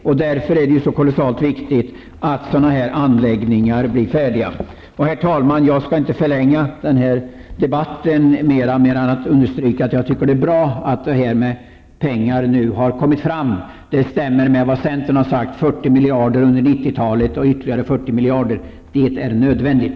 Det är därför som det är så kolossalt angeläget att anläggningar av den här typen blir färdiga. Herr talman! Jag skall inte förlänga debatten ytterligare annat än genom att understryka att jag tycker att det är bra att det nu har tagits fram pengar. Det stämmer överens med vad centern har föreslagit: 40 miljarder under 90-talet och sedan ytterligare 40 miljarder. Det är nödvändigt.